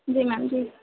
جی میم جی